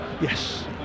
Yes